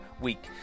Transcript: week